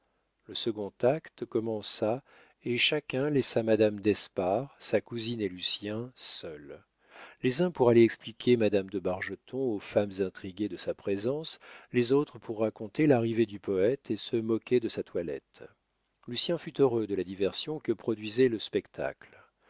le second acte commença et chacun laissa madame d'espard sa cousine et lucien seuls les uns pour aller expliquer madame de bargeton aux femmes intriguées de sa présence les autres pour raconter l'arrivée du poète et se moquer de sa toilette lucien fut heureux de la diversion que produisait le spectacle